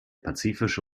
pazifische